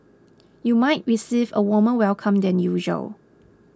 you might receive a warmer welcome than usual